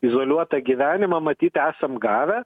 izoliuotą gyvenimą matyt esam gavę